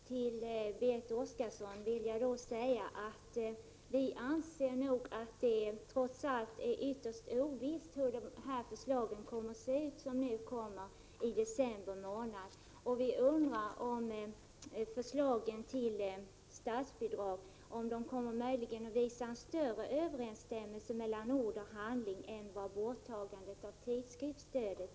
Fru talman! Till Berit Oscarsson vill jag säga att vi anser att det trots allt är ytterst ovisst hur det förslag som skall komma i december månad kommer att se ut. Vi undrar om förslagen till statsbidrag möjligen kommer att visa större överensstämmelse mellan ord och handling än när det gällde borttagandet av tidskriftsstödet.